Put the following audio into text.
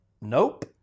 Nope